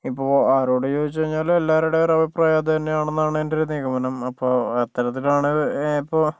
ഇപ്പൊൾ ആരോട് ചോദിച്ച് കഴിഞ്ഞാലും എല്ലാവരുടെയും ഒരഭിപ്രായം അതുതന്നെയാണെന്നാണ് എൻറെ ഒരു നിഗമനം അപ്പൊൾ അത്തരത്തിലാണ് ഇപ്പോൾ